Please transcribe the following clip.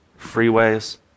freeways